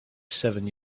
seven